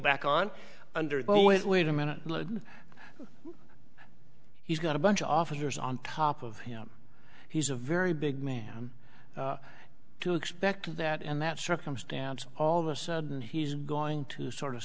back on under both ways wait a minute he's got a bunch of officers on top of him he's a very big man to expect that in that circumstance all of a sudden he's going to sort of